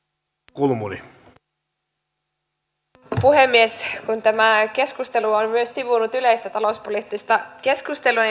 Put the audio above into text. arvoisa puhemies kun tämä keskustelu on myös sivunnut yleistä talouspoliittista keskustelua